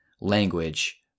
language